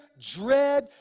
dread